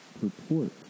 purport